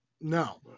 No